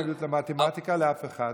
אין לי התנגדות למתמטיקה לאף אחד.